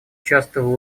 участвовала